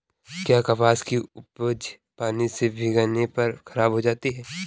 क्या कपास की उपज पानी से भीगने पर खराब हो सकती है?